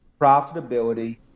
profitability